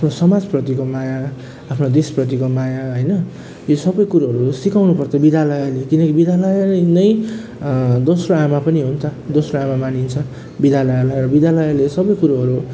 आफ्नो समाज प्रतिको माया आफ्नो देश प्रतिको माया होइन यो सबै कुरोहरू सिकाउनु पर्छ विद्यालयले किनकि विद्यालय नै दोस्रो आमा पनि हो नि त दोस्रो आमा मानिन्छ विद्यालयलाई अरू विद्यालयले सबै कुरोहरू